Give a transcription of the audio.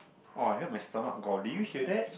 oh I hear my stomach growl do you hear that